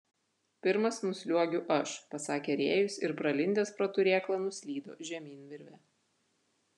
pirmas nusliuogiu aš pasakė rėjus ir pralindęs pro turėklą nuslydo žemyn virve